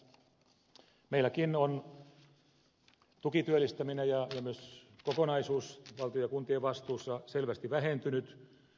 meilläkin on tukityöllistäminen ja myös kokonaisuus valtion ja kuntien vastuussa selvästi vähentynyt